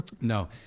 No